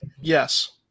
Yes